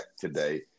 today